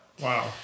Wow